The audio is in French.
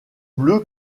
bleu